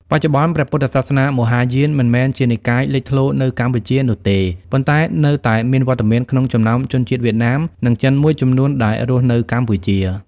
បច្ចុប្បន្ន ព្រះពុទ្ធសាសនាមហាយានមិនមែនជានិកាយលេចធ្លោនៅកម្ពុជានោះទេ ប៉ុន្តែនៅតែមានវត្តមានក្នុងចំណោមជនជាតិវៀតណាម និងចិនមួយចំនួនដែលរស់នៅកម្ពុជា។